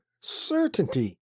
certainty